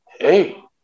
hey